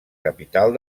capital